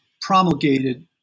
promulgated